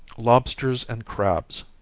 lobsters and crabs.